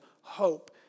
hope